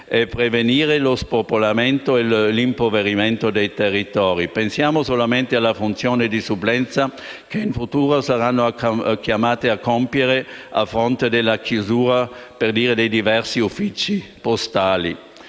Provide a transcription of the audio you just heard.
per prevenire lo spopolamento e l'impoverimento dei territori. Pensiamo solamente alla funzione di supplenza che in futuro sarà chiamata a compiere a fronte della chiusura di diversi uffici postali.